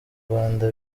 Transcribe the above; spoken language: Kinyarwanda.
rwanda